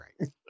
right